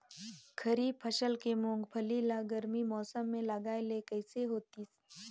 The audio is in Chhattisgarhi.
खरीफ फसल के मुंगफली ला गरमी मौसम मे लगाय ले कइसे होतिस?